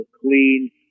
clean